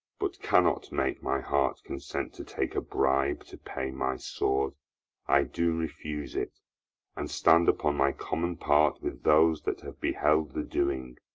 but cannot make my heart consent to take a bribe to pay my sword i do refuse it and stand upon my common part with those that have beheld the doing.